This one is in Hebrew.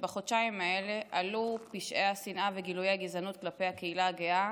שבחודשיים האלו עלו פשעי השנאה וגילויי הגזענות כלפי הקהילה הגאה